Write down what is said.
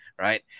Right